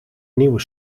nieuwe